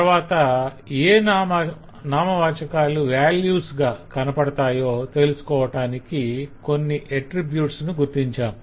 తరవాత ఏ నామవాచకాలు వేల్యూస్ గా కనపడతాయో తెలుసుకోటానికి కొన్ని ఎట్ట్ర్రిబ్యుట్స్ ను గుర్తించాం